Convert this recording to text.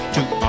Two